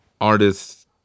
artists